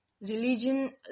religion